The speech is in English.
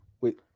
wait